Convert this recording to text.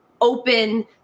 open